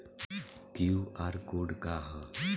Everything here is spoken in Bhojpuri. क्यू.आर कोड का ह?